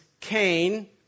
Cain